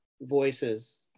voices